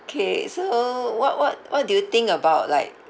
K so what what what do you think about like